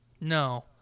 No